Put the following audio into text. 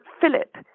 Philip